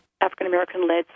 African-American-led